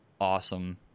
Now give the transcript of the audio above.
awesome